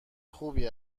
خوبی